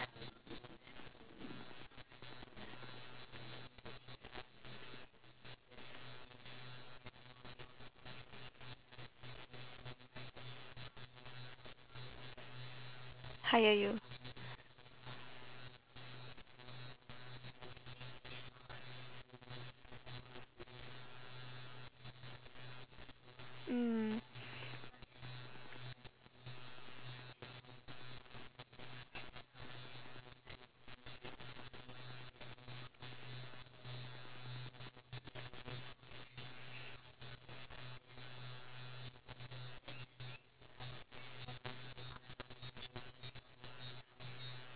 hire you mm